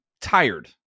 tired